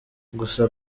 gusa